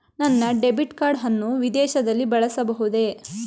ನನ್ನ debit card ಅನ್ನು ವಿದೇಶದಲ್ಲಿ ಬಳಸಬಹುದೇ?